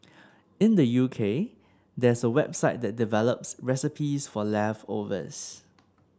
in the U K there's a website that develops recipes for leftovers